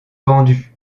pendu